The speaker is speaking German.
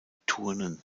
turnen